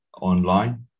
online